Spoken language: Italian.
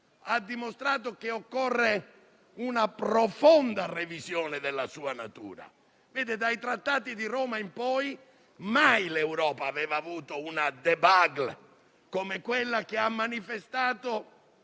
ha dimostrato che occorre una profonda revisione della sua natura. Dai Trattati di Roma in poi, mai l'Europa aveva avuto una *débȃcle* come quella che ha manifestato